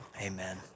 amen